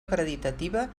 acreditativa